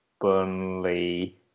Burnley